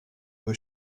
was